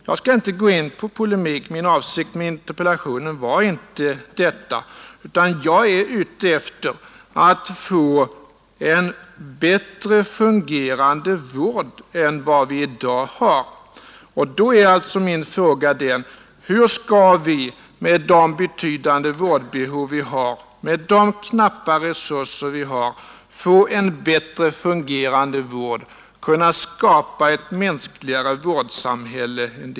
Jag skall inte gå in i polemik — min avsikt med interpellationen var inte detta — utan jag är ute efter att få en bättre fungerande vård än den vi har i dag. Hur skall vi med de betydande vårdbehov som finns och med de knappa resurser vi har få en bättre fungerande vård och kunna skapa ett mänskligare vårdsamhälle?